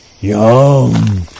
Yum